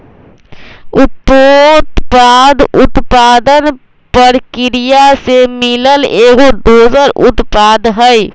उपोत्पाद उत्पादन परकिरिया से मिलल एगो दोसर उत्पाद हई